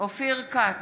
אופיר כץ,